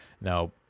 Now